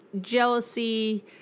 jealousy